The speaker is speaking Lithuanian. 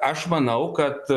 aš manau kad